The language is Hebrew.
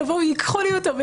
יבואו וייקחו לי אותו?